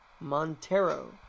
Montero